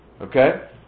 Okay